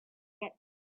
get